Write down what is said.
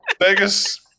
Vegas